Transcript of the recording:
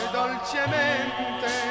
dolcemente